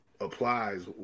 applies